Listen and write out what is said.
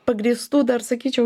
pagrįstų dar sakyčiau